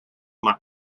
mac